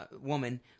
woman